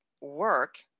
work